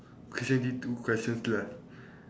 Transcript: creative two questions left